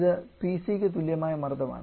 ഇത് Pc തുല്യമായ മർദ്ദമാണ്